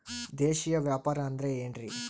ದೇಶೇಯ ವ್ಯಾಪಾರ ಅಂದ್ರೆ ಏನ್ರಿ?